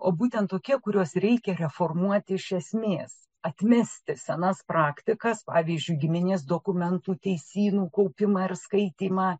o būtent tokie kuriuos reikia reformuoti iš esmės atmesti senas praktikas pavyzdžiui giminės dokumentų teisynų kaupimą ir skaitymą